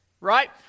Right